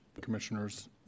commissioners